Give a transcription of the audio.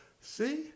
see